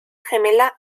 gemela